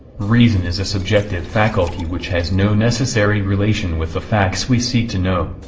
reason is a subjective faculty which has no necessary relation with the, facts' we seek to know.